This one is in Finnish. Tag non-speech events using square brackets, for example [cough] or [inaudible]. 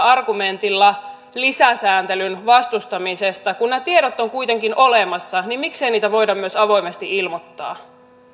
[unintelligible] argumentilla lisäsääntelyn vastustamisesta kun nämä tiedot ovat kuitenkin olemassa niin miksei niitä voida myös avoimesti ilmoittaa